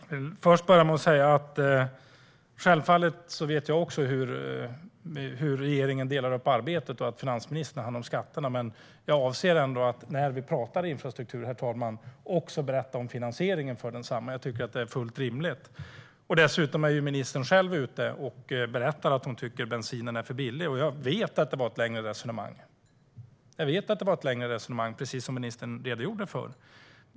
Herr talman! Jag vill börja med att säga att jag självfallet vet hur regeringen delar upp arbetet och att finansministern har hand om skatterna. Men, herr talman, när vi talar om infrastruktur avser jag ändå att också berätta om finansieringen av densamma. Jag tycker att det är fullt rimligt. Dessutom är ju ministern själv ute och berättar att hon tycker att bensinen är för billig. Jag vet att det var ett längre resonemang i artikeln, precis som ministern redogjorde för.